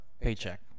paycheck